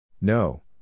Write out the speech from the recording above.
no